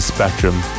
Spectrum